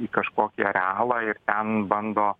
į kažkokį arealą ir ten bando